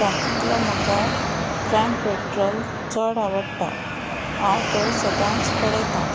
तातूंतलो म्हाका crime patrol चड आवडटा हांव तो सदांच पळयतां